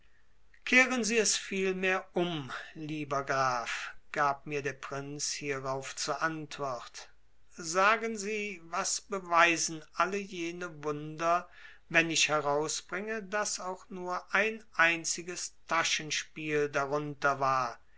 kehren sie es vielmehr um lieber graf gab mir der prinz hierauf zur antwort sagen sie was beweisen alle jene wunder wenn ich herausbringe daß auch nur ein einziges taschenspiel darunter war